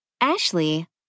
Ashley